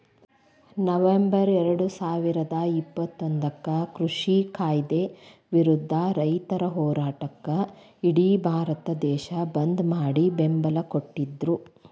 November ಎರಡುಸಾವಿರದ ಇಪ್ಪತ್ತೊಂದಕ್ಕ ಕೃಷಿ ಕಾಯ್ದೆ ವಿರುದ್ಧ ರೈತರ ಹೋರಾಟಕ್ಕ ಇಡಿ ಭಾರತ ದೇಶ ಬಂದ್ ಮಾಡಿ ಬೆಂಬಲ ಕೊಟ್ಟಿದ್ರು